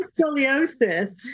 scoliosis